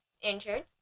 injured